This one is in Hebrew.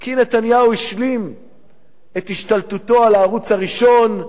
כי נתניהו השלים את השתלטותו על הערוץ הראשון,